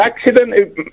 accident